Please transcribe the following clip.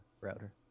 router